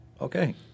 okay